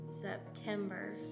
September